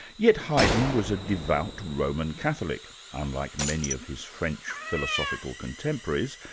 yet haydn was a devout roman catholic, unlike many of his french philosophical contemporaries,